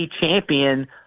champion